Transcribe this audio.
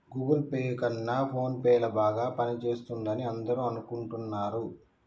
Google Pay కన్నా PhonePe ల బాగా పనిచేస్తుందని అందరూ అనుకుంటున్నారు